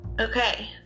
Okay